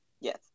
Yes